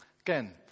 Again